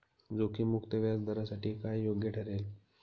जोखीम मुक्त व्याजदरासाठी काय योग्य ठरेल?